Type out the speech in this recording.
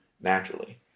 naturally